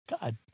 god